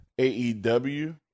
AEW